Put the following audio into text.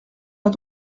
pas